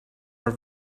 are